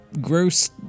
gross